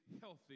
healthy